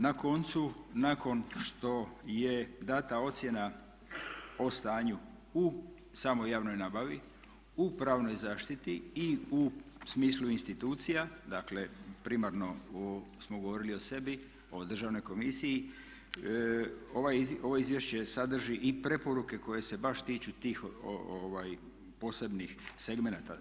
Na koncu, nakon što je dana ocjena o stanju u samoj javnoj nabavi, u pravnoj zaštiti i u smislu institucija dakle primarno smo govorili o sebi, o državnoj komisiji ovo izvješće sadrži i preporuke koje se baš tiču tih posebnih segmenata.